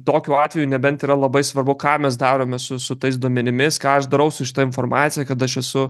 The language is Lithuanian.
tokiu atveju nebent yra labai svarbu ką mes darome su su tais duomenimis ką aš darau su šita informacija kad aš esu